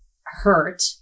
hurt